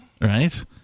Right